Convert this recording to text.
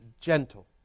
gentle